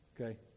okay